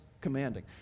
commanding